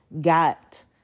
got